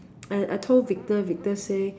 and I told Victor Victor say